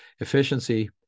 Efficiency